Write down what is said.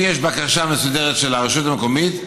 אם יש בקשה מסודרת של הרשות המקומית,